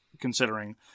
considering